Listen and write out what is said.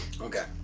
Okay